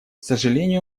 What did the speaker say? сожалению